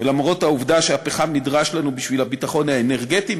ולמרות העובדה שהפחם נדרש לנו לביטחון האנרגטי,